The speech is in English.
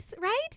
right